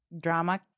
drama